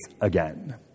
again